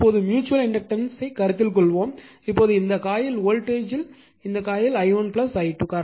இப்போது mutual inductance க் கருத்தில் கொள்வோம் இப்போது இந்த காயில் வோல்டேஜ்த்தில் இந்த காயில் i1 i2